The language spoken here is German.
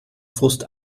frust